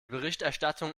berichterstattung